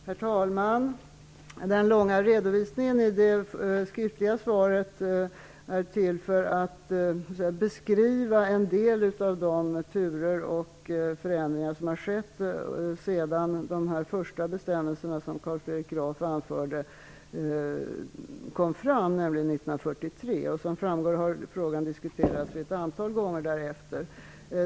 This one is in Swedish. Herr talman! Den långa redovisningen i det skriftliga svaret är till för att beskriva en del av de turer och förändringar som har förekommit sedan de första bestämmelser som Carl Fredrik Graf anförde kom till, dvs. sedan 1943. Som framgått har frågan diskuterats ett antal gånger därefter.